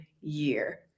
year